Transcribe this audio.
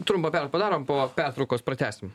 trumpą pertrauką padarom po pertraukos pratęsim